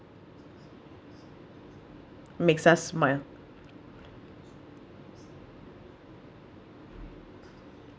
makes us smile